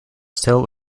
still